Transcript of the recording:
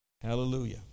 Hallelujah